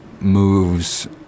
moves